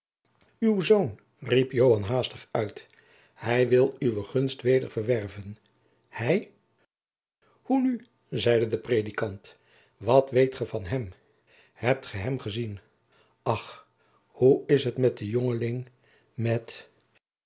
uw zoon riep joan haastig uit hij wil uwe gunst weder verwerven hij hoe nu zeide de predikant wat weet ge van hem hebt ge hem gezien ach hoe is het met den jongeling met